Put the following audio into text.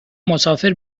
مسافر